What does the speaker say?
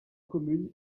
commune